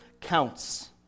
counts